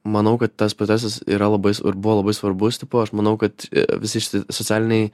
manau kad tas procesas yra labai svarbu labai svarbus tipo aš manau kad visi šiti socialiniai